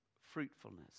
fruitfulness